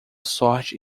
sorte